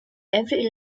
every